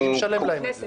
מי משלם להם את זה?